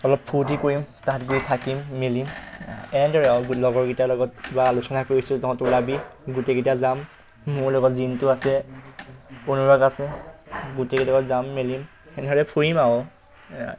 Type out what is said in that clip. অলপ ফূৰ্তি কৰিম তাত গৈ থাকিম মেলিম এনেদৰে আৰু লগৰকেইটাৰ লগত বা আলোচনা কৰিছোঁ যাওঁ তহঁত ওলাবি গোটেইকেইটা যাম মোৰ লগত জিণটু আছে অনুৰাগ আছে গোটেইকেইটা লগত যাম মেলিম এনেদৰে ফুৰিম আৰু